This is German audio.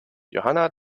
johanna